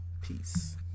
Peace